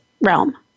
realm